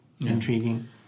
intriguing